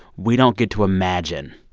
we don't get to imagine